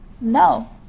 No